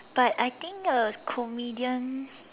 but I think a comedian